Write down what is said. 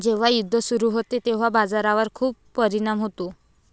जेव्हा युद्ध सुरू होते तेव्हा बाजारावर खूप परिणाम होतो